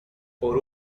por